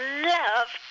love